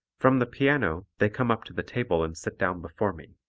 from the piano they come up to the table and sit down before me.